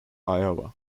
iowa